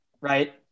right